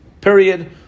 period